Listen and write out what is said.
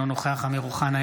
אינו נוכח אמיר אוחנה,